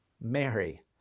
Mary